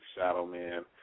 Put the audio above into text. Shadowman